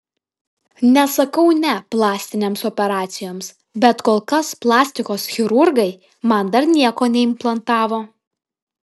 nesakau ne plastinėms operacijoms bet kol kas plastikos chirurgai man dar nieko neimplantavo